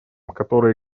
которые